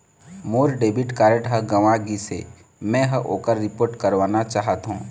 मोर debit card ह गंवा गिसे, मै ह ओकर रिपोर्ट करवाना चाहथों